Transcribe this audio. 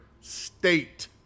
state